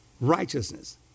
righteousness